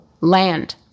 land